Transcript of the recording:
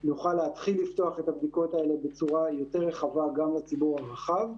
נוכל להתחיל לפתוח את הבדיקות האלה בצורה יותר רחבה גם לציבור הרחב,